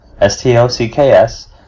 S-T-O-C-K-S